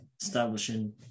establishing